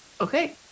Okay